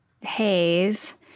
haze